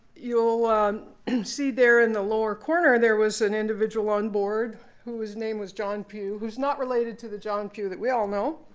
you'll and see there in the lower corner, there was an individual on board who his name was john pugh, who's not related to the john pugh that we all know.